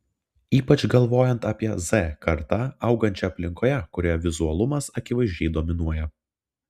ypač galvojant apie z kartą augančią aplinkoje kurioje vizualumas akivaizdžiai dominuoja